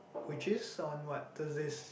which is on what Thursdays